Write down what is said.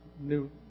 new